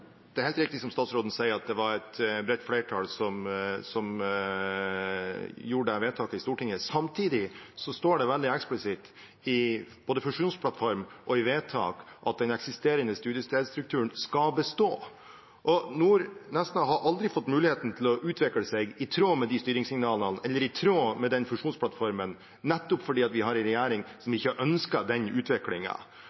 Det er helt riktig som statsråden sier, at det var et bredt flertall som fattet dette vedtaket i Stortinget. Samtidig står det veldig eksplisitt både i fusjonsplattform og i vedtak at den eksisterende studiestedsstrukturen skal bestå, og Nesna har aldri fått muligheten til å utvikle seg i tråd med disse styringssignalene eller i tråd med den fusjonsplattformen, nettopp fordi vi har en regjering som